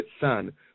son